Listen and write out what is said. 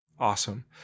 Awesome